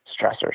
stressors